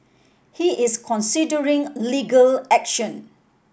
he is considering legal action